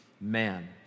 man